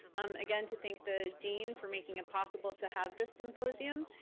um again, to thank the dean for making it possible to have this symposium.